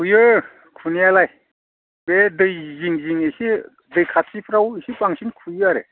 खुयो खुनायालाय बे दै जिं जिं इसे दै खाथिफ्राव इसे बांसिन खुयो आरो